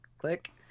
Click